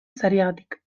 sariagatik